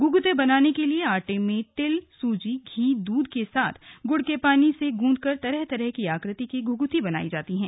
घुघुते बनाने के लिए आटे में तिल सूजी घी दूध के साथ गुड़ के पानी से गूंथकर तरह तरह के आकार में घुघुती बनाई जाती है